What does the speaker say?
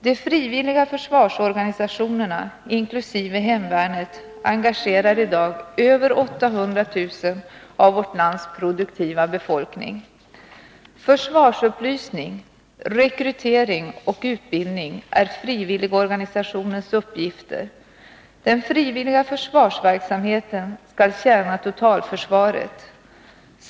De frivilliga försvarsorganisationerna inkl. hemvärnet engagerar i dag över 800 000 av vårt lands produktiva befolkning. Försvarsupplysning, rekrytering och utbildning är frivilligorganisationens uppgifter. Den frivilliga försvarsverksamheten skall tjäna totalförsvaret.